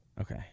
Okay